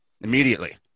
immediately